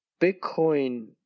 Bitcoin